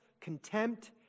contempt